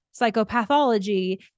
psychopathology